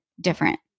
different